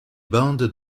bandes